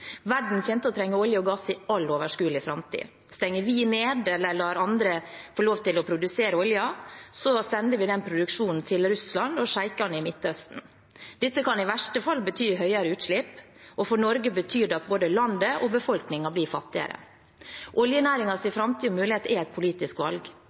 å trenge olje og gass i all overskuelig framtid. Stenger vi ned eller lar andre få lov til å produsere olje, sender vi den produksjonen til Russland og sjeikene i Midtøsten. Dette kan i verste fall bety større utslipp. For Norge betyr det at både landet og befolkningen blir fattigere. Oljenæringens framtid og muligheter er et politisk valg.